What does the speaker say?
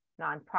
nonprofit